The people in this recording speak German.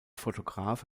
fotograf